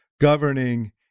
governing